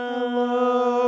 Hello